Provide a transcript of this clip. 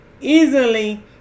easily